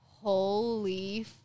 Holy